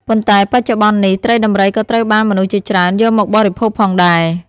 ប៉ុន្តែបច្ចុប្បន្ននេះ ត្រីដំរីក៏ត្រូវបានមនុស្សជាច្រើន យកមកបរិភោគផងដែរ។